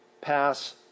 pass